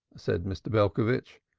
said mr. belcovitch,